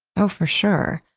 oh, for sure.